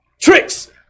tricks